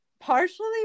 partially